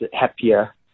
happier